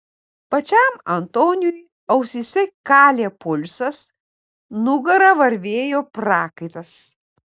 pačiam antoniui ausyse kalė pulsas nugara varvėjo prakaitas